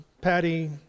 patty